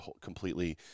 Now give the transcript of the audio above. completely